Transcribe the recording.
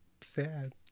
sad